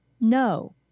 no